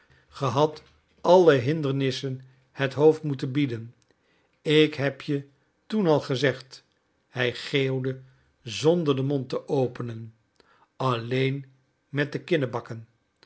hadt alle hindernissen het hoofd moeten bieden ik heb je toen al gezegd hij geeuwde zonder den mond te openen alleen met de